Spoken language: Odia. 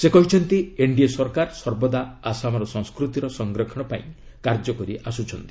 ସେ କହିଛନ୍ତି ଏନ୍ଡିଏ ସରକାର ସର୍ବଦା ଆସାମର ସଂସ୍କୃତିର ସଂରକ୍ଷଣ ପାଇଁ କାର୍ଯ୍ୟ କରିଆସୁଛନ୍ତି